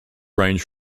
range